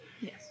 Yes